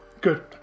good